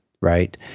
right